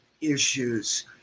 issues